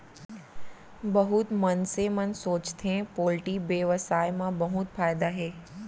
बहुत मनसे मन सोचथें पोल्टी बेवसाय म बहुत फायदा हे